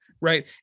Right